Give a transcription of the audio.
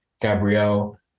Gabrielle